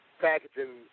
packaging